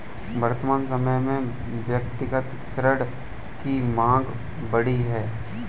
वर्तमान समय में व्यक्तिगत ऋण की माँग बढ़ी है